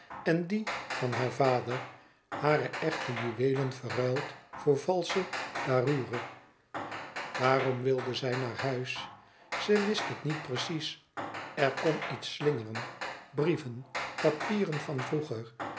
en die van haar vader hare echte juweelen verruild voor valsche parures e ids aargang aarom wilde zij naar huis ze wist het niet precies er kon iets slingeren brieven papieren van vroeger